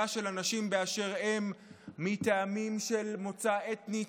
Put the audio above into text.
של אנשים באשר הם מטעמים של מוצא אתני,